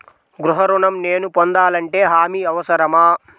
గృహ ఋణం నేను పొందాలంటే హామీ అవసరమా?